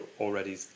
already